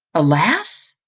alas!